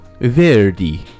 Verdi